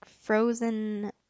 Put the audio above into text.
frozen